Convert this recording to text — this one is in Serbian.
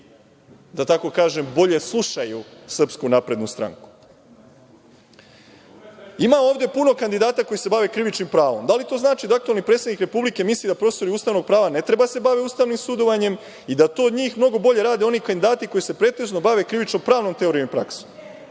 da tak kažem, bolje slušaju SNS.Ima ovde puno kandidata koji se bave krivičnim pravom. Da li to znači da aktuelni predsednik Republike misli da profesori ustavnog prava ne treba da se bave ustavnom sudovanjem i da to od njih mnogo bolje rade oni kandidati koji se pretežno bave krivično-pravnom teorijom i praksom?